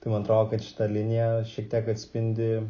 tai man atrodo kad šita linija šiek tiek atspindi